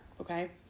okay